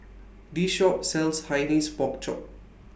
This Shop sells Hainanese Pork Chop